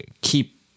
keep